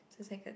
so it's like a